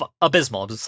abysmal